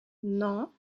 non